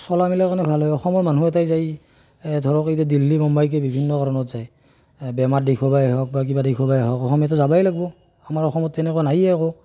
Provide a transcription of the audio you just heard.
চলা মেলাৰ কাৰণে ভাল হয় অসমৰ মানুহ এটাই যাই ধৰক এতিয়া দিল্লী মুম্বাইলৈকে বিভিন্ন কাৰণত যায় এই বেমাৰ দেখুৱাবই হওক বা কিবা দেখুৱাবই হওক আমিতো যাবই লাগব আমাৰ অসমত তেনেকুৱা নায়েই একো